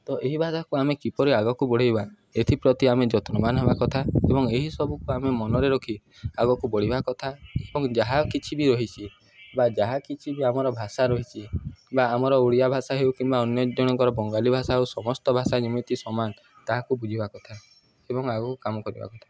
ତ ଏହି ଭାଷାକୁ ଆମେ କିପରି ଆଗକୁ ବଢ଼ାଇବା ଏଥିପ୍ରତି ଆମେ ଯତ୍ନବାନ ହେବା କଥା ଏବଂ ଏହି ସବୁକୁ ଆମେ ମନରେ ରଖି ଆଗକୁ ବଢ଼ିବା କଥା ଏବଂ ଯାହା କିଛି ବି ରହିଛିି ବା ଯାହା କିଛି ବି ଆମର ଭାଷା ରହିଛି ବା ଆମର ଓଡ଼ିଆ ଭାଷା ହେଉ କିମ୍ବା ଅନ୍ୟ ଜଣଙ୍କର ବଙ୍ଗାଲୀ ଭାଷା ହେଉ ସମସ୍ତ ଭାଷା ଯେମିତି ସମାନ ତାହାକୁ ବୁଝିବା କଥା ଏବଂ ଆଗକୁ କାମ କରିବା କଥା